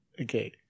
Okay